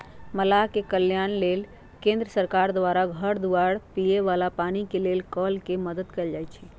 मलाह के कल्याण लेल केंद्र सरकार द्वारा घर दुआर, पिए बला पानी के लेल कल के मदद कएल जाइ छइ